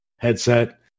headset